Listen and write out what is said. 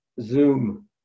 zoom